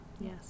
Yes